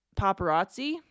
paparazzi